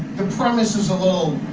the premise is a little,